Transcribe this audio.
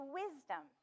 wisdom